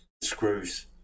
screws